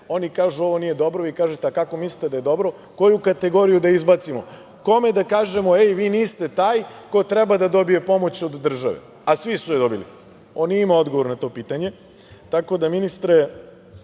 oni kažu – ovo nije dobro. Vi kažete – a kako mislite da je dobro, koju kategoriju da izbacimo, kome da kažemo – hej, vi niste taj ko treba da dobije pomoć od države, a svi su je dobili? On nije imao odgovor na to pitanje. Tako da, ministre,